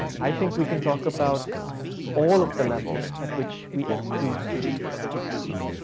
i think we can talk about all of the levels at which we exclude students from education,